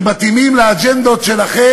שמתאימים לאג'נדות שלכם,